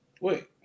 Wait